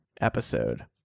episode